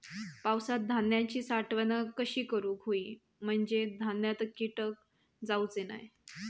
पावसात धान्यांची साठवण कशी करूक होई म्हंजे धान्यात कीटक जाउचे नाय?